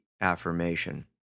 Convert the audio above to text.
affirmation